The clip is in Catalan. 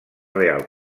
real